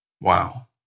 Wow